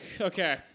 Okay